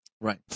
Right